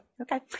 okay